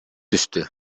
түздү